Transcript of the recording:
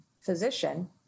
physician